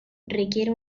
requiere